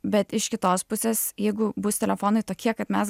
bet iš kitos pusės jeigu bus telefonai tokie kad mes